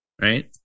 right